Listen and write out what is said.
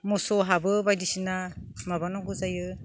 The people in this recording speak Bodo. मोसौ हाबो बायदि सिना माबा नांगौ जायो